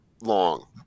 long